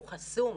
הוא חסום.